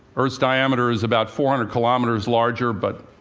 earth's diameter is about four hundred kilometers larger, but